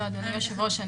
אדוני היושב-ראש,